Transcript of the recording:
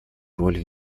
роль